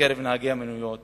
בקרב נהגי המוניות